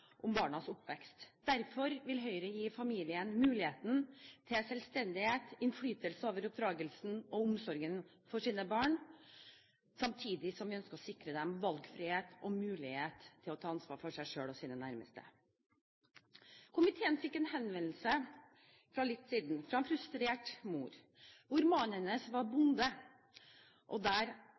om barns oppvekst. Derfor vil Høyre gi familien muligheten til selvstendighet og innflytelse over oppdragelsen av og omsorgen for sine barn, samtidig som vi ønsker å sikre den valgfrihet og mulighet til å ta ansvar for seg selv og sine nærmeste. Komiteen fikk en henvendelse for litt siden fra en frustrert mor. Mannen hennes var bonde, og